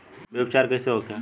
बीज उपचार कइसे होखे?